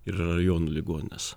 ir yra rajonų ligoninės